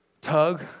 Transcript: tug